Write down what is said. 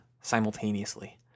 simultaneously